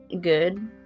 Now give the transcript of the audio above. good